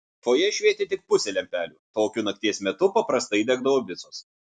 fojė švietė tik pusė lempelių tokiu nakties metu paprastai degdavo visos